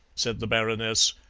said the baroness,